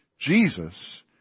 Jesus